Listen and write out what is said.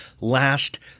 last